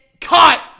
Cut